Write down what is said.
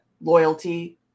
loyalty